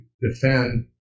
defend